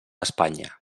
espanya